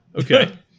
Okay